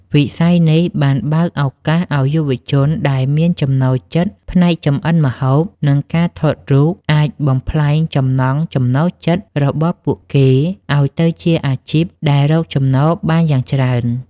វិស័យនេះបានបើកឱកាសឱ្យយុវជនដែលមានចំណូលចិត្តផ្នែកចម្អិនម្ហូប និងការថតរូប អាចបំប្លែងចំណង់ចំណូលចិត្តរបស់ពួកគេឱ្យទៅជាអាជីពដែលរកចំណូលបានយ៉ាងច្រើន។